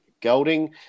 Golding